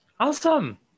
awesome